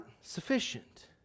sufficient